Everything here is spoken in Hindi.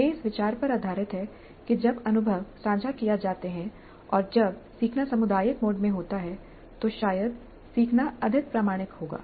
यह इस विचार पर आधारित है कि जब अनुभव साझा किए जाते हैं और जब सीखना सामुदायिक मोड में होता है तो शायद सीखना अधिक प्रामाणिक होगा